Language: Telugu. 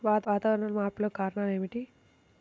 వాతావరణంలో మార్పులకు కారణాలు ఏమిటి?